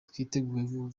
twiteguye